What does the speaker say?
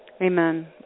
Amen